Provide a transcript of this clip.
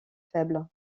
faible